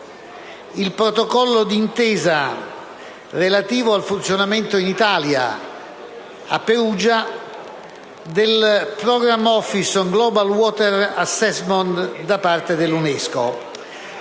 il Protocollo d'intesa relativo al funzionamento in Italia, a Perugia, del *Programme Office on Global Water Assessment* da parte dell'UNESCO.